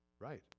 Right